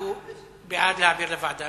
בעד להעביר לוועדה,